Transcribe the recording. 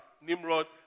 Nimrod